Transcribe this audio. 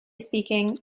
speaking